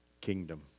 kingdom